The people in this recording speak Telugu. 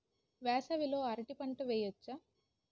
వేసవి లో అరటి పంట వెయ్యొచ్చా?